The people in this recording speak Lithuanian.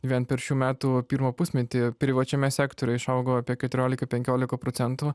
vien per šių metų pirmą pusmetį privačiame sektoriuje išaugo apie keturiolika penkiolika procentų